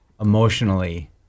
emotionally